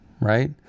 right